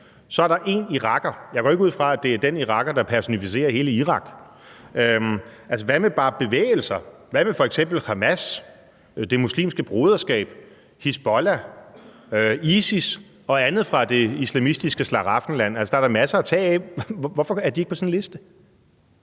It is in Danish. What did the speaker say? så er der én iraker. Jeg går ikke ud fra, at det er den iraker, der personificerer hele Irak. Altså, hvad med bare bevægelser? Hvad med f.eks. Hamas, Det Muslimske Broderskab, Hizbollah, ISIS og andet fra det islamistiske slaraffenland? Altså, der er da masser at tage af. Hvorfor er de ikke på sådan en liste?